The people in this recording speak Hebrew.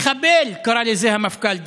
מחבל, קרא לזה המפכ"ל דאז,